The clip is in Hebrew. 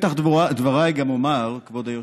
בפתח דבריי גם אומר, כבוד היושב-ראש,